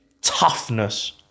toughness